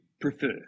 prefer